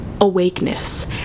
awakeness